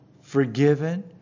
forgiven